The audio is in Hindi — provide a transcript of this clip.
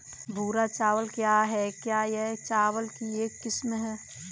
भूरा चावल क्या है? क्या यह चावल की एक किस्म है?